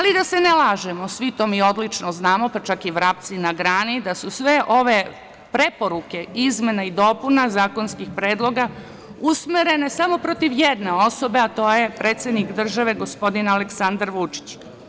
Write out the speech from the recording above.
Da se ne lažemo, svi mi to odlično znamo, pa čak i vrapci na grani da su sve ove preporuke izmena i dopuna zakonskih predloga usmerene samo protiv jedne osobe, a to je predsednik države gospodin Aleksandar Vučić.